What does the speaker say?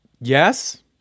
Yes